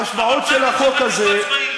המשמעות של החוק הזה,